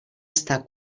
estar